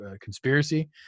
conspiracy